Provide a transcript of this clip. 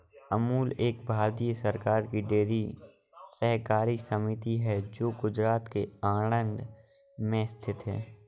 अमूल एक भारतीय सरकार की डेयरी सहकारी समिति है जो गुजरात के आणंद में स्थित है